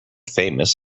famous